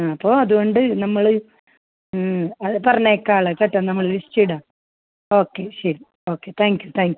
ആ അപ്പോൾ അതുകൊണ്ട് നമ്മൾ പറഞ്ഞേക്കാം ആളെ കേട്ടോ നമ്മൾ ലിസ്റ്റ് ഇടാം ഓക്കെ ശരി okay thank you thank you